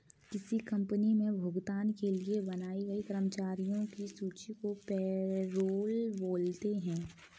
किसी कंपनी मे भुगतान के लिए बनाई गई कर्मचारियों की सूची को पैरोल बोलते हैं